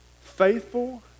faithful